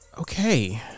Okay